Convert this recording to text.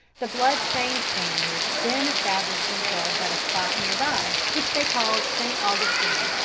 the blood-stained spaniards then established themselves at a spot near by, which they called st. augustine.